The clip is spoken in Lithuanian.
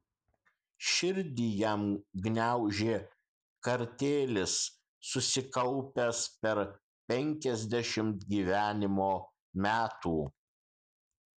širdį jam gniaužė kartėlis susikaupęs per penkiasdešimt gyvenimo metų